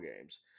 games